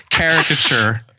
caricature